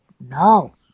No